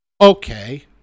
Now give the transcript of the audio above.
Okay